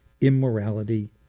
immorality